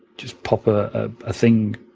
just pop a ah ah thing